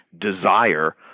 desire